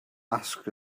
ask